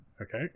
okay